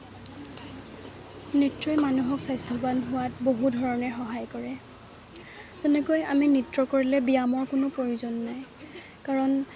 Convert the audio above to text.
নৃত্যই মানুহক স্বাস্থ্যৱান হোৱাত বহু ধৰণে সহায় কৰে যেনেকৈ আমি নৃত্য কৰিলে ব্যায়ামৰ কোনো প্ৰয়োজন নাই কাৰণ